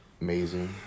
Amazing